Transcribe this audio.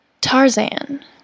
Tarzan